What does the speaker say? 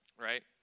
right